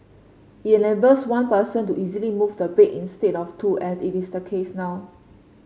it enables one person to easily move the bed instead of two as it is the case now